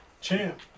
Champ